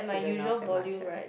shoudn't laugh that much ya